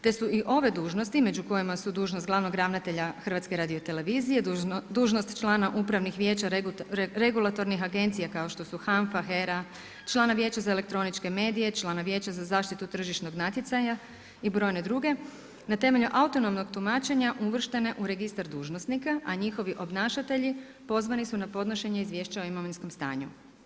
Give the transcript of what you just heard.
Te su i ove dužnosti među kojima su dužnost glavnog ravnatelja Hrvatske radiotelevizije, dužnost člana Upravnih vijeća Regulatornih agencija HANFA, HERA, člana Vijeća za elektroničke medije, člana Vijeća za zaštitu tržišnog natjecanja i brojne druge na temelju autonomnog tumačenja uvrštene u registar dužnosnika, a njihovi obnašatelji pozvani su na podnošenje izviješća o imovinskom stanju.